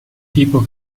tipo